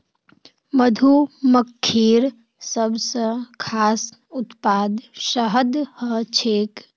मधुमक्खिर सबस खास उत्पाद शहद ह छेक